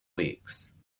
weeks